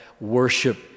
worship